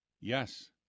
Yes